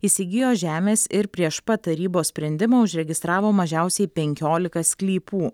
įsigijo žemės ir prieš pat tarybos sprendimą užregistravo mažiausiai penkiolika sklypų